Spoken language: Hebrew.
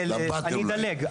אני אדלג,